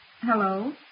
Hello